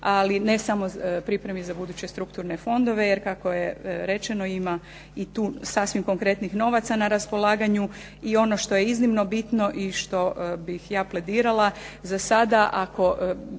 ali ne samo pripremi za buduće strukturne fondove, jer kako je rečeno ima i tu sasvim konkretnih novaca na raspolaganju. I ono što je iznimno bitno i što bih ja pledirala za sada, ako